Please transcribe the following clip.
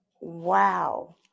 wow